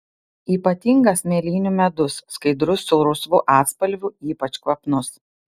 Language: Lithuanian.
ypatingas mėlynių medus skaidrus su rausvu atspalviu ypač kvapnus